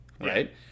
right